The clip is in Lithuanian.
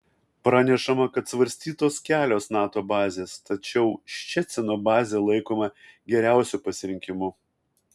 pranešama kad svarstytos kelios nato bazės tačiau ščecino bazė laikoma geriausiu pasirinkimu